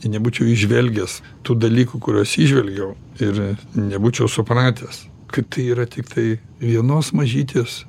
ir nebūčiau įžvelgęs tų dalykų kuriuos įžvelgiau ir nebūčiau supratęs kad tai yra tiktai vienos mažytės